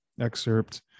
excerpt